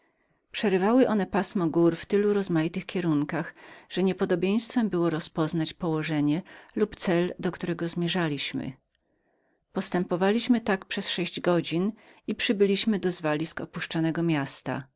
przerywały one pasmo gór w tylu rozmaitych kierunkach że niepodobieństwem było rozpoznać położenie lub cel do którego zmierzaliśmy postępowaliśmy tak przez sześć godzin i przybyliśmy do zwalisk opuszczonego miasta